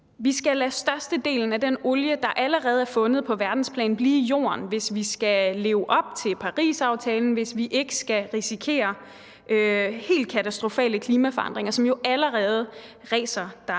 Vi skal lade størstedelen af den olie, der allerede er fundet på verdensplan, blive i jorden, hvis vi skal leve op til Parisaftalen, og hvis vi ikke skal risikere helt katastrofale klimaforandringer, som jo allerede ræser